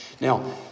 Now